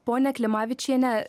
pone klimavičiene